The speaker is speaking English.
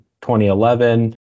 2011